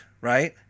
right